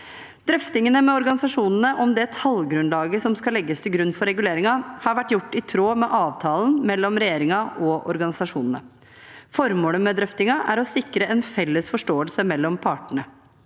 Drøftingene med organisasjonene om det tallgrunnlaget som skal legges til grunn for reguleringen, har vært gjort i tråd med avtalen mellom regjeringen og organisasjonene. Formålet med drøftingen er å sikre en felles forståelse mellom partene.